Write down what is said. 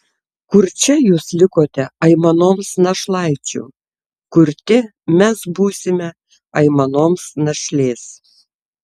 kurčia jūs likote aimanoms našlaičių kurti mes būsime aimanoms našlės